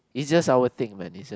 is just our thing man is just